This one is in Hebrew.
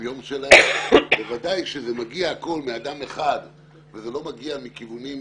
יום שלהם ובוודאי כשזה מגיע מאדם אחד וזה לא מגיע מכיוונים אחרים,